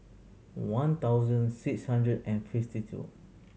one thousand six hundred and fifty two